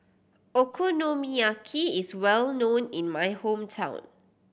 okonomiyaki is well known in my hometown